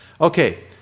Okay